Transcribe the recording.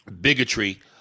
bigotry